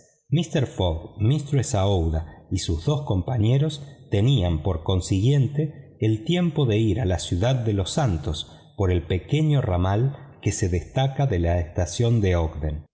mistress aouida y sus dos compañeros tenían por consiguiente tiempo para ir a la ciudad de los santos por un pequeño ramal que se destaca de la estación de odgen